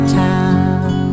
town